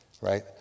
right